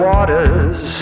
Waters